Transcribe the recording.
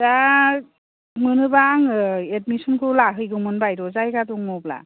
दा मोनोबा आङो एदमिसन खौ लाहैगौमोन बायद' जायगा दङब्ला